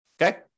okay